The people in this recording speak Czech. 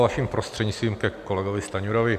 Vaším prostřednictvím ke kolegovi Stanjurovi.